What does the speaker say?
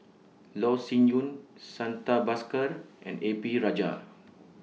Loh Sin Yun Santha Bhaskar and A P Rajah